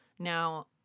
Now